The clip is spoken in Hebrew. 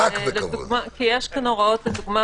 יש פה הוראות למשל,